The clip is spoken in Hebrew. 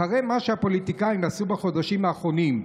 אחרי מה שהפוליטיקאים עשו בחודשים האחרונים,